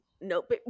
Nope